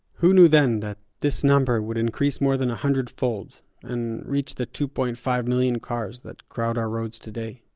who knew then that this number would increase more than a hundredfold and reach the two point five million cars that crowd our roads today?